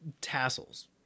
tassels